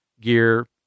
gear